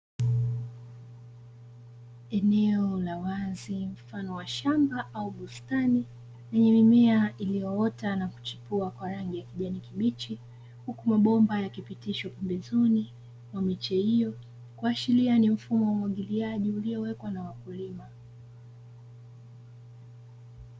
Eneo la wazi, mfano wa shamba au bustani lenye mimea iliyoota na kuchipua kwa rangi ya kijani kibichi, huku mabomba yakipitishwa pembezoni kwa miche hiyo, kuashiria ni mfumo wa umwagiliaji uliyowekwa na wakulima.